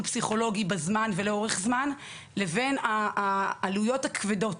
פסיכולוגי בזמן ולאורך זמן לבין העלויות הכבדות